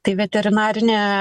tai veterinarinė